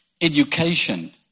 education